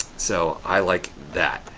so, i like that.